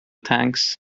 tanks